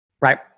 Right